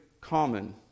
common